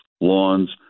lawns